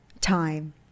Time